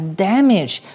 damage